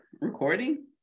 recording